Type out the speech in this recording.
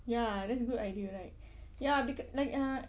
ya that's a good idea right ya beca~ like uh